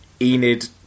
Enid